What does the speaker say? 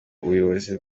ubuyobozi